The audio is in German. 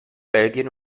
belgien